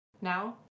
Now